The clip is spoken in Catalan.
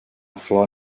flor